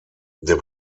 der